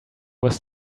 was